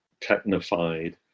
technified